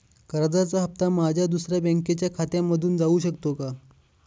कर्जाचा हप्ता माझ्या दुसऱ्या बँकेच्या खात्यामधून जाऊ शकतो का?